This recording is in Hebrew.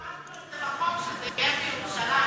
עמדנו על זה בחוק, שזה יהיה בירושלים.